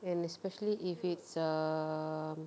and especially if it's um